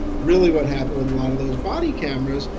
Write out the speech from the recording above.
really what happened with one of those body cameras,